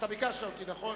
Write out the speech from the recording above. אתה ביקשת ממני, נכון?